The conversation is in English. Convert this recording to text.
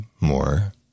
more